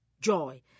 joy